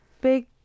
big